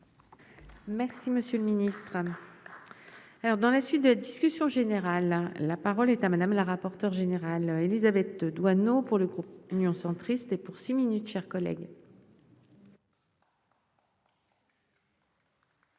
Merci, monsieur le Ministre. Alors, dans la suite de la discussion générale, la parole est à madame la rapporteure générale Élisabeth Doineau pour le groupe Union centriste et pour 6 minutes chers collègues.